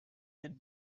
had